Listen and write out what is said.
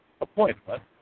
appointment